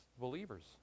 believers